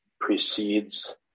precedes